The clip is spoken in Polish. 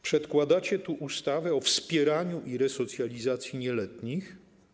Przedkładacie tu ustawę o wspieraniu i resocjalizacji nieletnich.